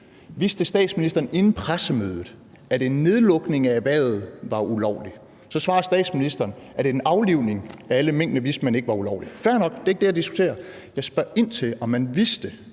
Vidste statsministeren inden pressemødet, at en nedlukning af erhvervet var ulovlig? Så svarer statsministeren, at man ikke vidste, at en aflivning af alle minkene var ulovlig – fair nok, det er ikke det, jeg vil diskutere. Jeg spørger ind til, om statsministeren